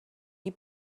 you